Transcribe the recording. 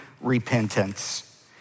repentance